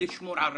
לשמור על רמה,